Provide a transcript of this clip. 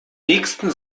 nächsten